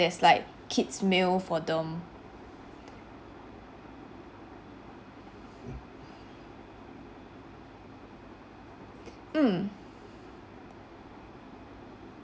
~re's like kids' meal for them mm